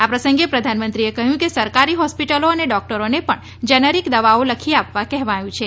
આ પ્રસંગે પ્રધાનમંત્રીએ કહ્યું કે સરકારી હોસ્પિટલો અને ડોક્ટરોને પણ જેનરીક દવાઓ લખી આપવા કહેવાયું છે